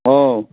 ꯑꯣ